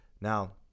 now